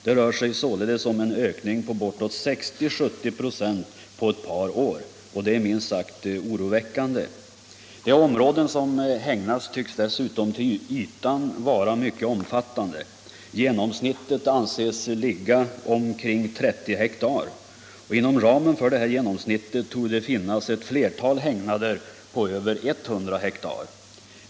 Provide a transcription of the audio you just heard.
Det rör sig således om en ökning på bortåt 60-70 926 på ett par år. Det är minst sagt oroväckande. De områden som hägnas tycks dessutom till ytan vara mycket omfattande. Genomsnittet anses ligga omkring 30 ha. Inom ramen för detta genomsnitt torde det finnas ett flertal hägnader på över 100 ha.